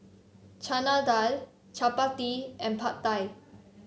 Chana Dal Chapati and Pad Thai